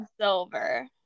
Silver